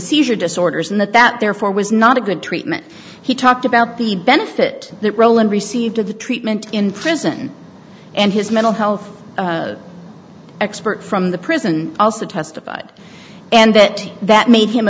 seizure disorders and that that therefore was not a good treatment he talked about the benefit that roland received of the treatment in prison and his mental health expert from the prison also testified and that that made him